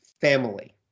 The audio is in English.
family